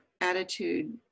attitude